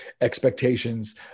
expectations